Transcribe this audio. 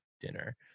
dinner